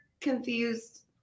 confused